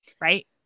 Right